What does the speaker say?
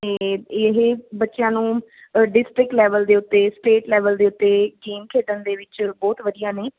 ਅਤੇ ਇਹ ਬੱਚਿਆਂ ਨੂੰ ਡਿਸਟਰਿਕਟ ਲੈਵਲ ਦੇ ਉੱਤੇ ਸਟੇਟ ਲੈਵਲ ਦੇ ਉੱਤੇ ਗੇਮ ਖੇਡਣ ਦੇ ਵਿੱਚ ਬਹੁਤ ਵਧੀਆ ਨੇ